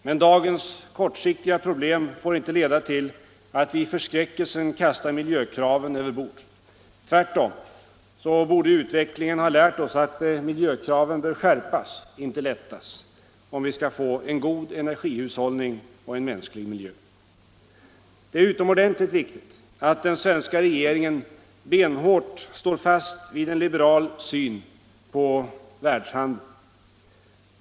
Men dagens kortsiktiga problem får inte leda till att vi i förskräckelsen kastar miljökraven över bord. Tvärtom borde utvecklingen ha lärt oss att miljökraven bör skärpas, inte lättas, om vi skall få en god energihushållning och en mänsklig miljö. Det är utomordentligt viktigt att den svenska regeringen benhårt står fast vid en liberal syn på världshandeln.